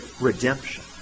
redemption